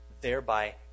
thereby